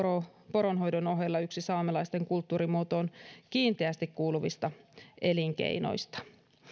poronhoidon ohella yksi saamelaisten kulttuurimuotoon kiinteästi kuuluvista elinkeinoista